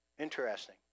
Interesting